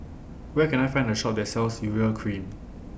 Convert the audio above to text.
Where Can I Find A Shop that sells Urea Cream